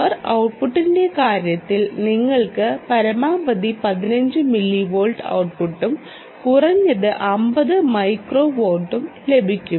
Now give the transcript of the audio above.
power ഔട്ട്പുട്ടിന്റെ കാര്യത്തിൽ നിങ്ങൾക്ക് പരമാവധി 15 മില്ലി വാട്ട് ഔട്ട്പുട്ടും കുറഞ്ഞത് 50 മൈക്രോ വാട്ടും ലഭിക്കും